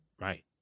Right